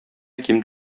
ким